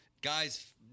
Guy's